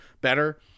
better